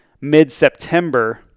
mid-September